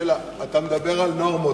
שאלה: אתה מדבר על נורמות.